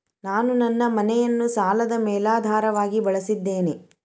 ನಾನು ನನ್ನ ಮನೆಯನ್ನು ಸಾಲದ ಮೇಲಾಧಾರವಾಗಿ ಬಳಸಿದ್ದೇನೆ